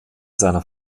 seiner